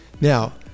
Now